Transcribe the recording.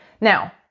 Now